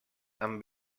amb